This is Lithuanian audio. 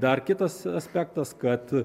dar kitas aspektas kad